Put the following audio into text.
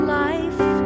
life